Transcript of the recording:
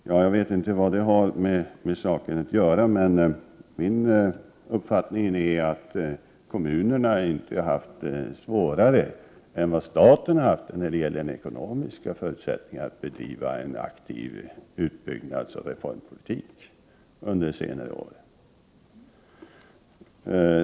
Jag vet inte vad det har med saken att göra, men min uppfattning är att kommunerna inte har haft svårare än staten när det gäller ekonomiska förutsättningar för att bedriva en aktiv utbyggnadsoch reformpolitik under senare år.